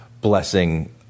blessing